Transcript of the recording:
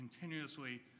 continuously